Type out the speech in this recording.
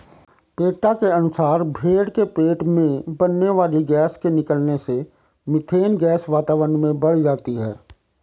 PETA के अनुसार भेंड़ के पेट में बनने वाली गैस के निकलने से मिथेन गैस वातावरण में बढ़ जाती है